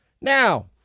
Now